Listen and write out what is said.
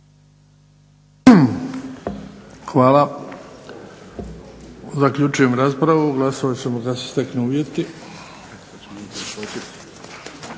Hvala. Zaključujem raspravu. Glasovat ćemo kad se steknu uvjeti.